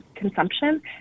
consumption